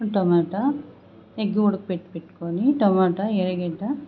tomato egg ఉడకపెట్టిపెట్టుకొని tomato ఎర్రగడ్డ